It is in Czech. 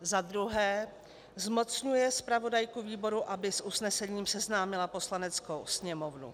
2. zmocňuje zpravodajku výboru, aby s usnesením seznámila Poslaneckou sněmovnu;